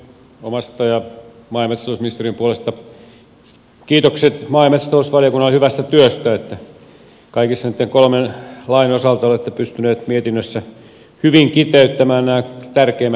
omasta ja maa ja metsätalousministeriön puolesta kiitokset maa ja metsätalousvaliokunnalle hyvästä työstä että kaikkien näitten kolmen lain osalta olette pystyneet mietinnössä hyvin kiteyttämään nämä tärkeimmät asiat